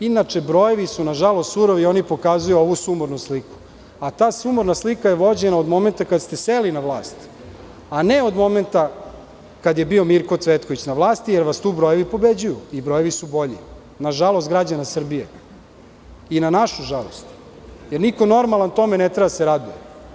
Inače, brojevi su nažalost surovi i oni pokazuju ovu sumornu sliku, a ta sumorna slika je vođena od momenta kada ste seli na vlast, a ne od momenta kada je bio Mirko Cvetković na vlasti, jer vas tu brojevi pobeđuju i brojevi su bolji nažalost građana Srbije i na našu žalost, jer niko normalan tome ne treba da se raduje.